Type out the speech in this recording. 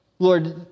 Lord